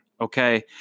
Okay